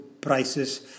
prices